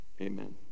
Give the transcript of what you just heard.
amen